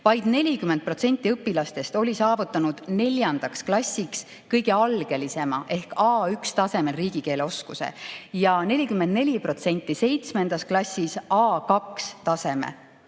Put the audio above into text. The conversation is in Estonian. Vaid 40% õpilastest oli saavutanud neljandaks klassiks kõige algelisema ehk A1-tasemel riigikeele oskuse ja 44% seitsmendas klassis A2‑taseme.